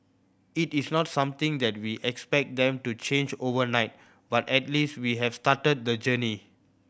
it is not something that we expect them to change overnight but at least we have started the journey